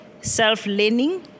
self-learning